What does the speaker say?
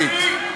התשע"ו 2015,